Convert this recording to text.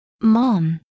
Mom